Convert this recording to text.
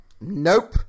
nope